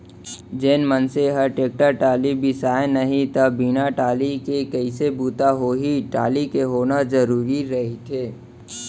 जेन मनसे ह टेक्टर टाली बिसाय नहि त बिन टाली के कइसे बूता होही टाली के होना जरुरी रहिथे